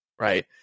Right